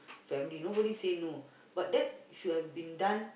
family nobody say no but that should have been done